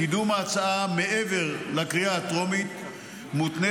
קידום ההצעה מעבר לקריאה הטרומית מותנה